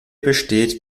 besteht